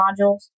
modules